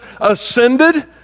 ascended